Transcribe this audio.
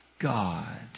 God